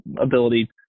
ability